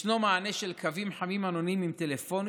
ישנו מענה של קווים חמים העונים טלפונית